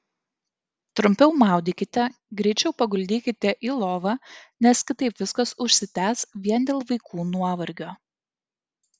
trumpiau maudykite greičiau paguldykite į lovą nes kitaip viskas užsitęs vien dėl vaikų nuovargio